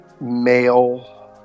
male